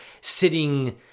sitting